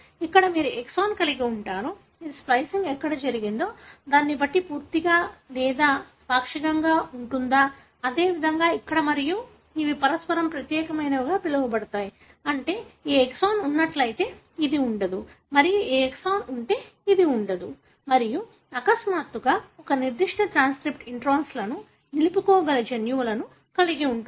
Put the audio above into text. ఇక్కడ మీరు ఎక్సాన్ కలిగి ఉంటారు ఇది స్ప్లికింగ్ ఎక్కడ జరిగిందో బట్టి పూర్తి లేదా పాక్షికంగా ఉంటుంది అదేవిధంగా ఇక్కడ మరియు ఇవి పరస్పరం ప్రత్యేకమైనవిగా పిలువబడతాయి అంటే ఈ ఎక్సాన్ ఉన్నట్లయితే ఇది ఉండదు మరియు ఈ ఎక్సాన్ ఉంటే ఇది ఉండదు మరియు అకస్మాత్తుగా ఒక నిర్దిష్ట ట్రాన్స్క్రిప్ట్ ఇంట్రాన్లను నిలుపుకోగల జన్యువులను కలిగి ఉంటుంది